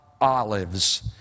Olives